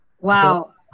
Wow